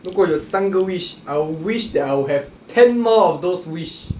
如果有三个 wish I will wish that I will have ten more of those wish